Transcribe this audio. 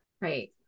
Right